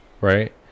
right